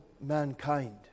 mankind